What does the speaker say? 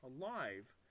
alive